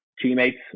Teammates